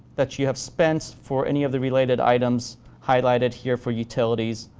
that you have spent for any of the related items highlighted here for utilities,